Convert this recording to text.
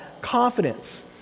confidence